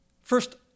First